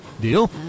Deal